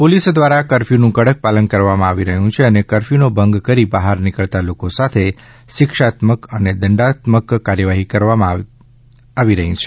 police દ્વારા કરફયુનું કડક પાલન કરાવવામાં આવી રહ્યું હતું છે કરફયુનો ભંગ કરી બહાર નીકળતા લોકો સાથે શિક્ષાત્મક તથા દંડાત્મક કાર્યવાહી પણ કરવામાં આવતી હતી